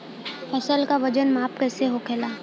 फसल का वजन माप कैसे होखेला?